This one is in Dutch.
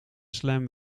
slam